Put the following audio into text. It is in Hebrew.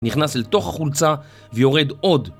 נכנס אל תוך חולצה ויורד עוד.